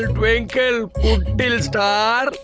twinkle star.